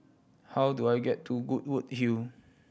how do I get to Goodwood Hill